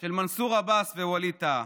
של מנסור עבאס ווליד טאהא.